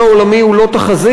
הסביבתי העולמי הוא לא תחזית.